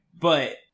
But-